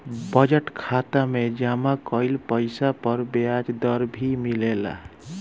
budget खाता में जमा कइल पइसा पर ब्याज दर भी मिलेला